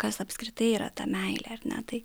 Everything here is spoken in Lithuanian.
kas apskritai yra ta meilė ar ne tai